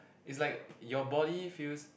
is like your body feels